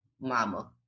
mama